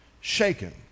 shaken